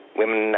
women